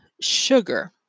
sugar